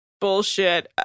bullshit